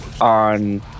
on